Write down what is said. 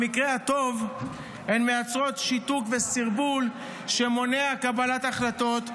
במקרה הטוב הן מייצרות שיתוק וסרבול שמונע קבלת החלטות,